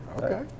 Okay